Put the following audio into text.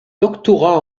doctorat